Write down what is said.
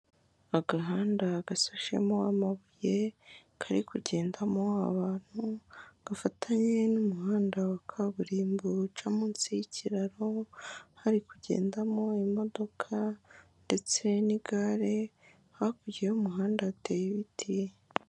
Agahanda agasushemo amabuye kari kugendamo abantu, gafatanye n'umuhanda wa kaburimbo uca munsi y'ikiraro, hari kugendamo imodoka ndetse n'igare hakurya y'umuhanda hateye ibiti.